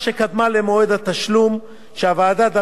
שהוועדה דרשה שתינתן בעת שהכינה את הצעת